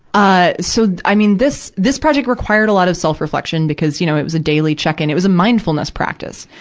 ah so, i mean, this, this project required a lot of self-reflection, because, you know, it was a daily check-in it was a mindfulness practice.